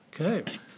Okay